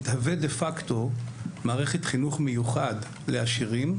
מתהוות דה-פקטו מערכת חינוך מיוחד לעשירים,